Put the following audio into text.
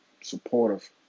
supportive